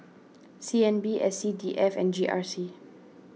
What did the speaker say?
C N B S C D F and G R C